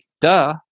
duh